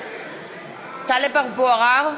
נגד טלב אבו עראר,